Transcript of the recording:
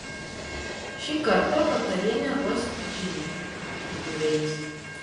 šį kartą vakarienę ruoš džine pridūrė jis